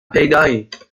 پیدایید